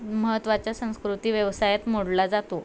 महत्त्वाच्या संस्कृती व्यवसायात मोडला जातो